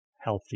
healthy